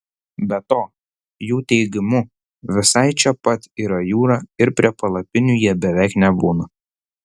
be to jų teigimu visai čia pat yra jūra ir prie palapinių jie beveik nebūna